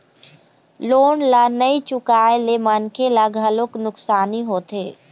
loan ल नइ चुकाए ले मनखे ल घलोक नुकसानी होथे